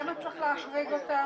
את זה צריך להבהיר.